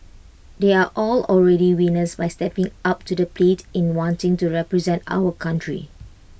they are all already winners by stepping up to the plate in wanting to represent our country